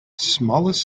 smallest